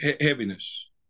heaviness